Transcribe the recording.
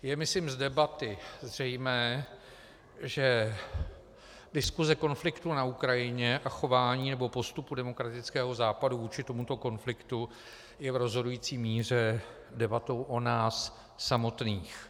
Je, myslím, z debaty zřejmé, že diskuse ke konfliktu na Ukrajině a chování nebo postupu demokratického západu vůči tomuto konfliktu je v rozhodující míře debatou o nás samotných.